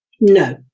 No